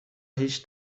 هیچ